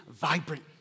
vibrant